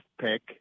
pick